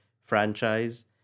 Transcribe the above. franchise